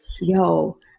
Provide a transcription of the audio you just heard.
yo